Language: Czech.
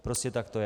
Prostě tak to je.